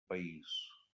país